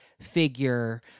figure